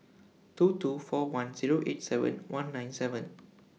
two two four one Zero eight seven one nine seven